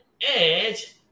edge